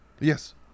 Yes